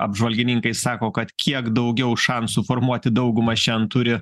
apžvalgininkai sako kad kiek daugiau šansų formuoti daugumą šian turi